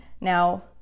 Now